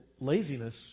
laziness